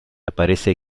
aparece